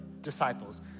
disciples